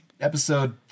Episode